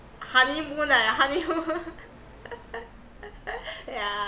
honeymoon ah honeymoon yeah